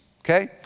okay